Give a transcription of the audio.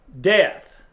death